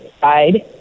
side